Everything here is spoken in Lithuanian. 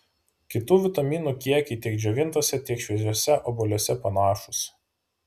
kitų vitaminų kiekiai tiek džiovintuose tiek šviežiuose obuoliuose panašūs